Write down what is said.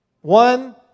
one